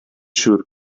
siŵr